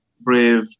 Brave